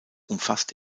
umfasst